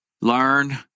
learn